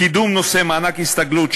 קידום נושא מענק ההסתגלות,